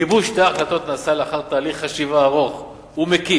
גיבוש שתי ההחלטות נעשה לאחר תהליך חשיבה ארוך ומקיף,